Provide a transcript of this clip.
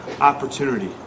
opportunity